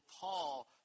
Paul